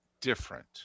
different